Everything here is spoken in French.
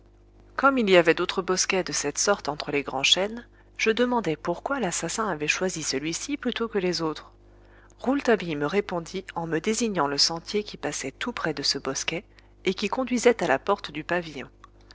comme il y avait d'autres bosquets de cette sorte entre les grands chênes je demandai pourquoi l'assassin avait choisi celui-ci plutôt que les autres rouletabille me répondit en me désignant le sentier qui passait tout près de ce bosquet et qui conduisait à la porte du pavillon